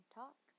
talk